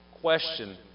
question